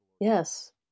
Yes